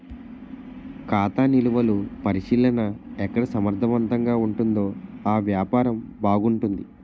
ఖాతా నిలువలు పరిశీలన ఎక్కడ సమర్థవంతంగా ఉంటుందో ఆ వ్యాపారం బాగుంటుంది